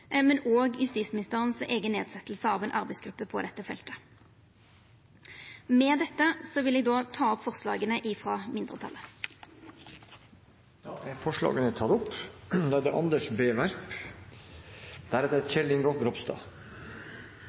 og justisministerens eigen nedsetjing av ei arbeidsgruppe på dette feltet. Med dette vil eg ta opp forslaga frå mindretalet. Representanten Hadia Tajik har tatt opp